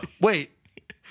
Wait